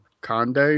Conde